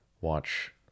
watch